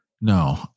No